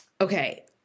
Okay